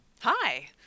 Hi